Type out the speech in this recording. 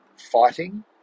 fighting